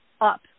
up